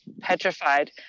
petrified